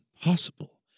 impossible